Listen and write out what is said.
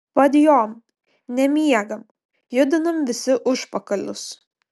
padjom nemiegam judinam visi užpakalius